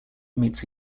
meets